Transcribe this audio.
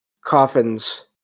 coffins